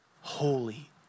Holy